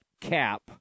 cap